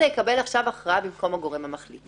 יקבל עכשיו הכרעה במקום הגורם המחליט.